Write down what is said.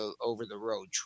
over-the-road